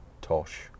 tosh